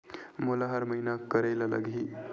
मोला हर महीना करे ल लगही?